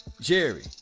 jerry